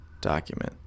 document